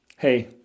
Hey